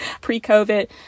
pre-COVID